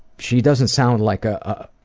she doesn't sound like ah ah